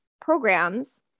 programs